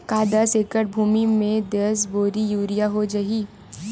का दस एकड़ भुमि में दस बोरी यूरिया हो जाही?